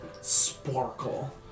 sparkle